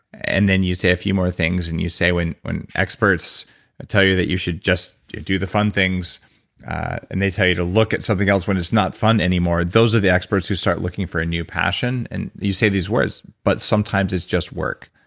and then you say a few more things and you say, when when experts tell you that you should just do the fun things and they tell you to look at something else when it's not fun anymore, those are the experts who start looking for a new passion. and you say these words, but sometimes it's just work.